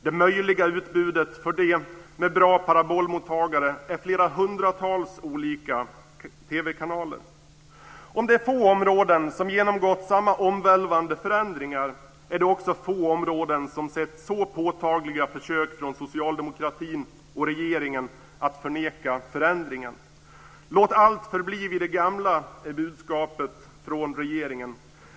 Det möjliga utbudet för de med bra parabolmottagare är flera hundratals olika TV Om det är få områden som genomgått samma omvälvande förändringar är det också få områden som sett så påtagliga försök från socialdemokratin och regeringen att förneka förändringen. Låt allt förbli vid det gamla, är budskapet från regeringen.